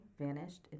vanished